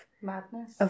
madness